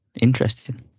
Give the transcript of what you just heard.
Interesting